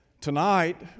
Tonight